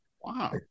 wow